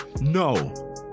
No